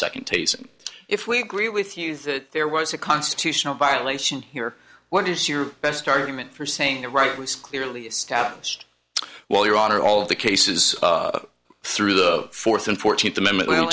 second tasing if we agree with you that there was a constitutional violation here what is your best argument for saying the right was clearly established well your honor all of the cases through the fourth and fourteenth amendment